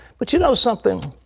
but you know something,